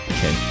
Okay